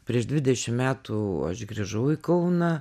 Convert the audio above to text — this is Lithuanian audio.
prieš dvidešim metų aš grįžau į kauną